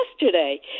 yesterday